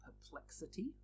Perplexity